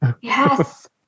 Yes